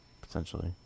potentially